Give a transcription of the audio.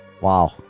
Wow